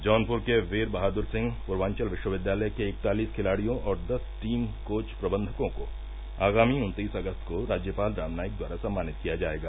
जौनपुर के वीर बहादुर सिंह पूर्वांचल विश्वविद्यालय के इकतालिस खिलाड़ियों और दस टीम कोच प्रबंधकों को आगामी उन्तीस अगस्त को राज्यपाल राम नाईक द्वारा सम्मानित किया जाएगा